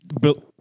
built